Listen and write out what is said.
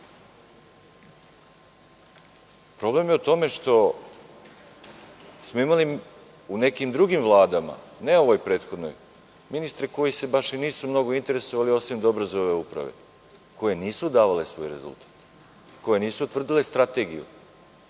Problem je u tome što smo imali u nekim drugim vladama, ne u prethodnoj, ministre koji se baš nisu mnogo interesovali osim dobro za ove uprave koje nisu davale svoj rezultat, koje nisu utvrdile strategiju